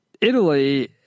Italy